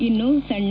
ಇನ್ನು ಸಣ್ಣ